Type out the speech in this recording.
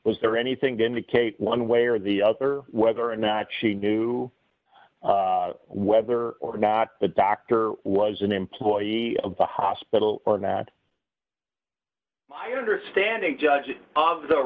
was there anything to indicate one way or the other whether or not she knew whether or not the doctor was an employee of the hospital or not my understanding judge of the